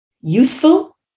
useful